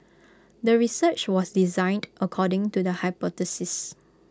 the research was designed according to the hypothesis